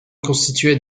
constituaient